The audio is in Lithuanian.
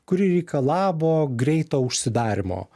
kuri reikalavo greito užsidarymo